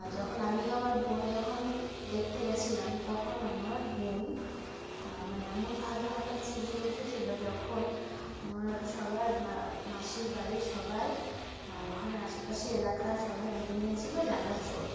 যখন আমি আমার বোন যখন দেখতে গেছিলাম তখন আমার বোন মানে এমনভাবে হঠাৎ চিলিয়ে উঠেছিলো যখন আমার সবার মাসির বাড়ির সবাই ওখানে আশেপাশে এলাকার সবাই ভেবে নিয়েছিলো যে আমরা চোর